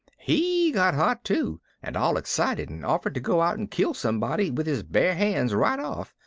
he got hot too and all excited and offered to go out and kill somebody with his bare hands right off,